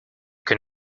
can